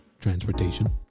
transportation